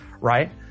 right